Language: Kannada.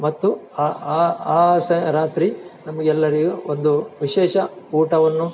ಮತ್ತು ಆ ಸ ರಾತ್ರಿ ನಮಗೆಲ್ಲರಿಗೂ ಒಂದು ವಿಶೇಷ ಊಟವನ್ನು